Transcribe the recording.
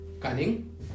cunning